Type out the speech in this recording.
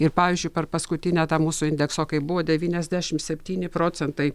ir pavyzdžiui per paskutinę tą mūsų indekso kaip buvo devyniasdešimt septyni procentai